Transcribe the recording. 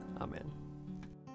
Amen